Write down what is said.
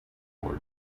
court